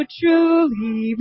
truly